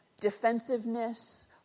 defensiveness